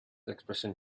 expression